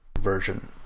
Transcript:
version